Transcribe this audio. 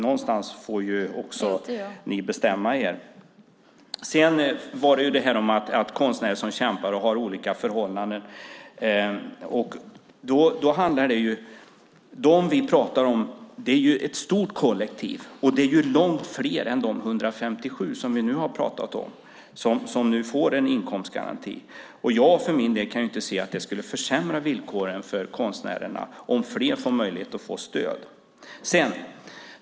Någonstans får ni bestämma er. Apropå det här att konstnärer kämpar och har olika förhållanden: Dem som vi pratar om är ett stort kollektiv. Det är långt fler än de 157 som vi nu har pratat om som får en inkomstgaranti. Jag för min del kan inte se att det skulle försämra villkoren för konstnärerna att fler får möjlighet att få stöd.